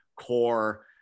core